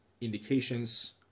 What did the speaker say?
indications